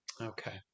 Okay